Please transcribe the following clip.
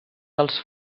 dels